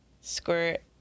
squirt